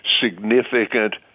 significant